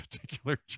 particular